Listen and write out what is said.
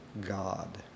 God